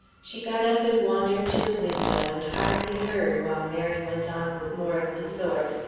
she got up and wandered to the window and hardly heard while mary went on with more of the sort.